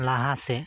ᱞᱟᱦᱟ ᱥᱮᱫ